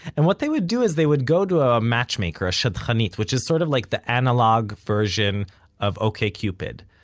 and what they would do is they would go to a matchmaker, a shadchanit, which is sort of like the analogue version of okcupid.